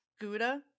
Gouda